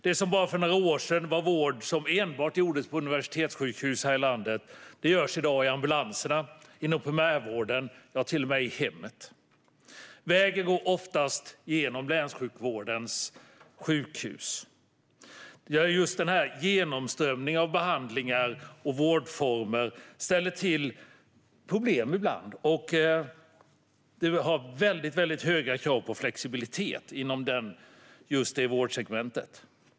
Det som bara för några år sedan var vård som enbart gjordes på universitetssjukhus här i landet görs i dag i ambulanserna, inom primärvården och till och med i hemmet. Vägen går oftast genom länssjukvårdens sjukhus. Den här genomströmningen av behandlingar och vårdformer ställer ibland till problem. Vi har väldigt höga krav på flexibilitet inom just det vårdsegmentet.